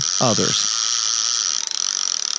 others